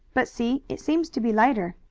but, see, it seems to be lighter.